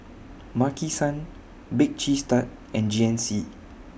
Maki San Bake Cheese Tart and G N C